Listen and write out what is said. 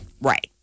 Right